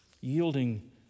Yielding